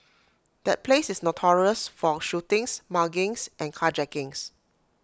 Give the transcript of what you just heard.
that place is notorious for shootings muggings and carjackings